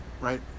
right